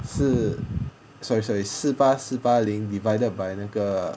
是 sorry sorry 四八四八零 divided by 那个